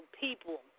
people